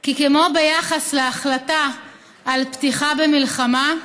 כי כמו ביחס להחלטה על פתיחה במלחמה,